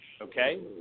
Okay